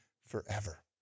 forever